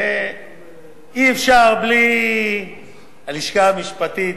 אי-אפשר בלי הלשכה המשפטית,